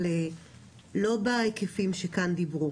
אבל לא בהיקפים שכאן דיברו.